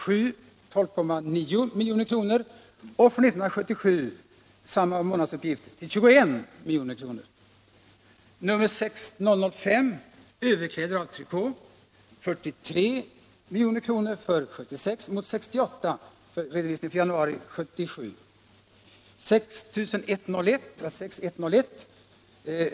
Jag vill här redovisa dessa uppgifter, som hänför sig till de statistiska numren i tulltaxan.